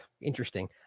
Interesting